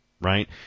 right